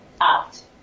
out